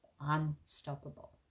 unstoppable